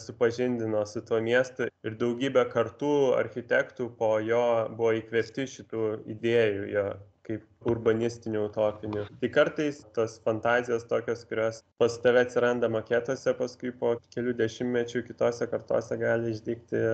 supažindino su tuo miestu ir daugybę kartų architektų po jo buvo įkvėpti šitų idėjų jo kaip urbanistinių utopinių tai kartais tos fantazijos tokios kurios pas tave atsiranda maketuose paskui po kelių dešimtmečių kitose kartose gali išdygti